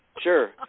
Sure